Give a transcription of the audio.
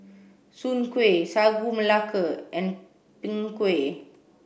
Soon Kway Sagu Melaka and Png Kueh